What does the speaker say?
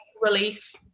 relief